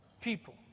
people